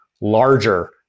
larger